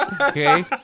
okay